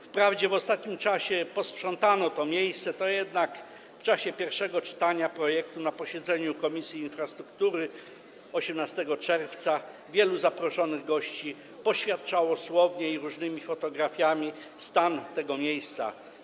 Wprawdzie w ostatnim czasie posprzątano to miejsce, mimo to w czasie pierwszego czytania projektu na posiedzeniu Komisji Infrastruktury 18 czerwca wielu zaproszonych gości poświadczało słownie i różnymi fotografiami stan tego miejsca.